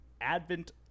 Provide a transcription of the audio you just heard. advent